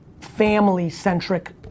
family-centric